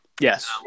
Yes